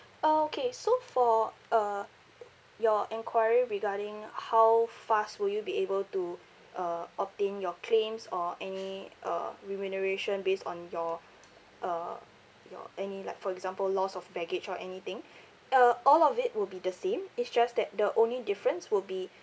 oh okay so for uh your enquiry regarding how fast will you be able to uh obtain your claims or any uh remuneration based on your uh your any like for example loss of baggage or anything uh all of it will be the same it's just that the only difference will be